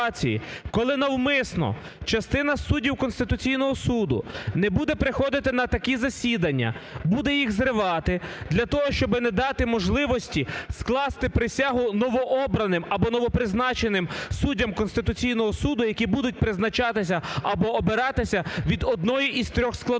коли навмисно частина суддів Конституційного Суду не буде приходити на такі засіданні, буде їх зривати для того, щоб не дати можливості скласти присягу новообраним або новопризначеним суддям Конституційного Суду, які будуть призначатися або обиратися від одної з трьох складових.